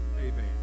amen